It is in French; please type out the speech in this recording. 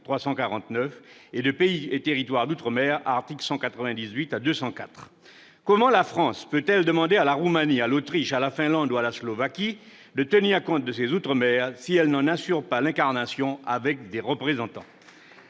-et de pays et territoire d'outre-mer- articles 198 à 204 du même traité. Comment la France peut-elle demander à la Roumanie, à l'Autriche, à la Finlande ou à la Slovaquie de tenir compte de ses outre-mer, si elle n'en assure pas l'incarnation, avec des représentants ?